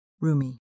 Rumi